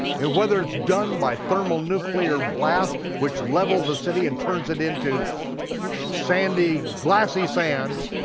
and whether it's done by thermal nuclear blast which levels the city and turns it into sandy, glassy sand,